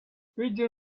vige